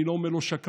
אני לא אומר לו שקרן.